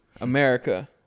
America